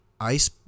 ice